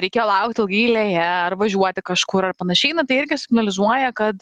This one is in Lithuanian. reikia laukt ilgai eilėje ar važiuoti kažkur ar panašiai na tai irgi signalizuoja kad